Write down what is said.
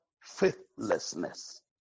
faithlessness